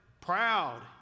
Proud